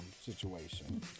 situation